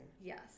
Yes